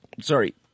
Sorry